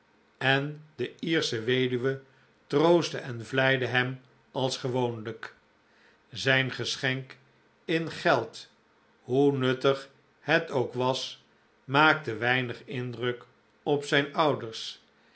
en de iersche weduwe troostte en vleide hem als gewoonlijk zijn geschenk in geld hoe nuttig het ook was maakte weinig indruk op zijn ouders